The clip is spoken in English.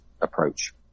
approach